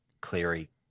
Cleary